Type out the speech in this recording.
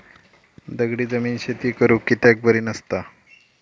दगडी जमीन शेती करुक कित्याक बरी नसता?